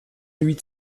huit